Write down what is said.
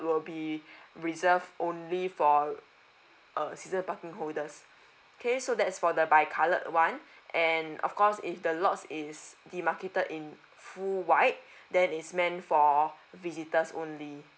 will be reserved only for uh season parking holders okay so that's for the bi colored one and of course if the lots is the marketed in full white then is meant for visitors only